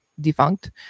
defunct